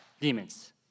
demons